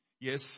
Yes